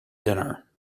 dinner